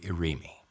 Irimi